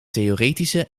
theoretische